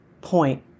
point